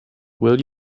will